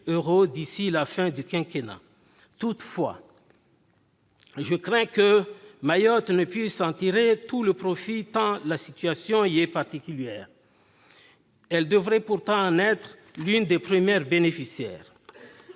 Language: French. euros d'ici à la fin du quinquennat. Toutefois, je crains que Mayotte ne puisse tirer tout le profit de cette politique, tant la situation y est particulière. Elle devrait pourtant en être l'une des premières bénéficiaires.